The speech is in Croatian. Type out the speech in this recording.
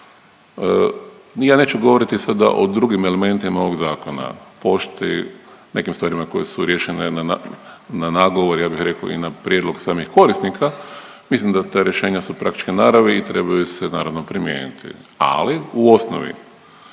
Ja neću govoriti sada o drugim elementima ovog Zakona, .../nerazumljivo/... nekim stvarima koje su riješene na nagovor, ja bih rekao, i na prijedlog samih korisnika, mislim da ta rješenja su praktične naravi i trebaju se, naravno, primijeniti. Ali, u osnovi,